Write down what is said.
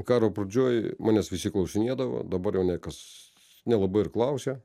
karo pradžioj manęs visi klausinėdavo dabar jau ne kas nelabai ir klausia